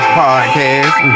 podcast